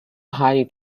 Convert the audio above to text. highly